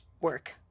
Work